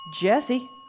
Jesse